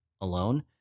alone